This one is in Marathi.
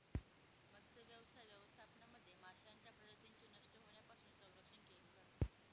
मत्स्यव्यवसाय व्यवस्थापनामध्ये माशांच्या प्रजातींचे नष्ट होण्यापासून संरक्षण केले जाते